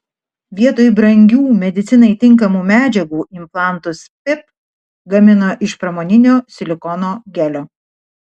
vietoj brangių medicinai tinkamų medžiagų implantus pip gamino iš pramoninio silikono gelio